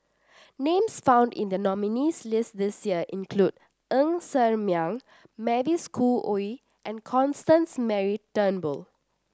names found in the nominees' list this year include Ng Ser Miang Mavis Khoo Oei and Constance Mary Turnbull